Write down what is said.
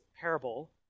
parable